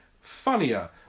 funnier